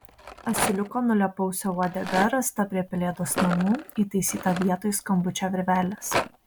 asiliuko nulėpausio uodega rasta prie pelėdos namų įtaisyta vietoj skambučio virvelės